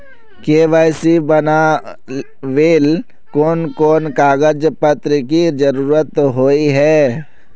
KYC बनावेल कोन कोन कागज पत्र की जरूरत होय है?